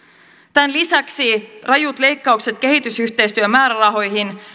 tämän lisäksi rajut leikkaukset kehitysyhteistyömäärärahoihin